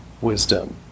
wisdom